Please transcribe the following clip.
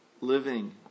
living